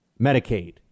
Medicaid